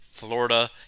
Florida